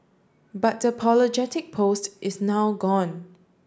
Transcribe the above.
but the apologetic post is now gone